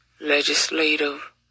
legislative